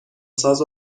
ساز